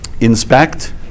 Inspect